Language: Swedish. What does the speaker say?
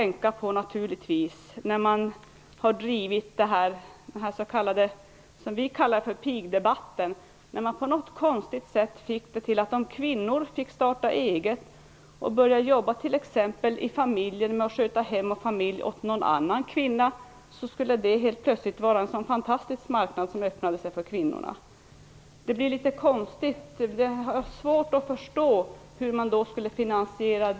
När man i den s.k. pigdebatten på något konstigt sätt fick till det så, att om kvinnor fick starta eget och börja jobba t.ex. i en familj med att sköta hem och barn åt en annan kvinna skulle det helt plötsligt vara en fantastisk marknad som öppnade sig för kvinnorna. Det här blir litet konstigt. Jag har svårt att förstå hur det skulle finansieras.